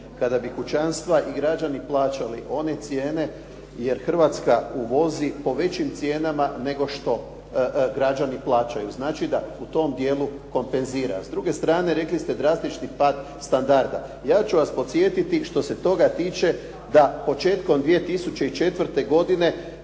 kada bi kućanstva i građani plaćali one cijene jer Hrvatska uvozi po većim cijenama nego što građani plaćaju. Znači da u tom dijelu kompenzira. S druge strane drastični pad standarda. Ja ću vas podsjetiti što se toga tiče da početkom 2004. godine